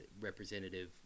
representative